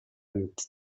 and